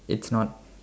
it's not